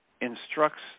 instructs